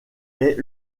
est